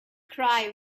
cry